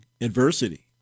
adversity